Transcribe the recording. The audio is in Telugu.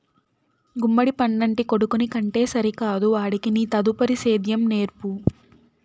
గుమ్మడి పండంటి కొడుకుని కంటే సరికాదు ఆడికి నీ తదుపరి సేద్యం నేర్పు